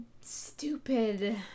stupid